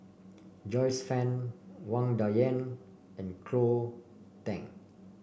Joyce Fan Wang Dayuan and Cleo Thang